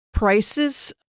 prices